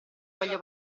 voglio